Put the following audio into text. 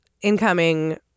incoming